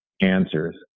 answers